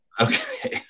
Okay